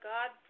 God